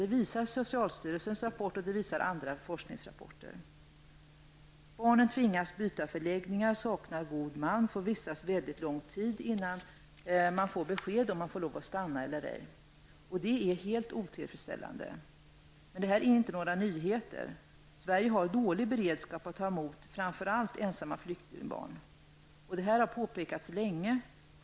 Det visar socialstyrelsens rapport och andra forskningrapporter. Barnen tvingas byta förläggningar, saknar god man, får vistas här lång tid innan de får besked om ifall de får lov att stanna eller ej. Det är helt otillfredsställande. Men det är inte några nyheter. Sverige har dålig beredskap för att ta emot framför allt ensamma flyktingbarn. Det har påpekats länge.